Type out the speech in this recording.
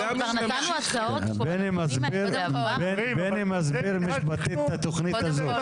בני מסביר משפטית את התכנית הזאת.